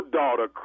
daughter